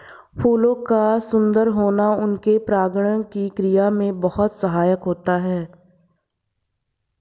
फूलों का सुंदर होना उनके परागण की क्रिया में बहुत सहायक होता है